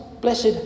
blessed